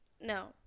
No